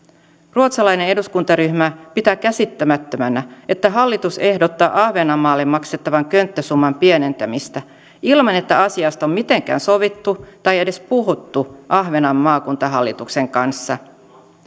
ruotsalainen eduskuntaryhmä pitää käsittämättömänä että hallitus ehdottaa ahvenanmaalle maksettavan könttäsumman pienentämistä ilman että asiasta on mitenkään sovittu tai edes puhuttu ahvenanmaan maakuntahallituksen kanssa